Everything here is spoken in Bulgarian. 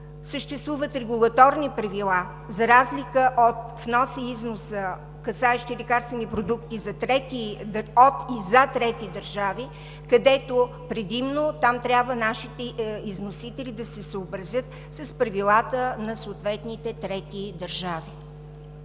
съществуват регулаторни правила за разлика от внос и износ, касаещи лекарствени продукти от и за трети държави, където трябва предимно нашите износители да се съобразят с правилата на съответните трети държави.